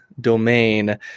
domain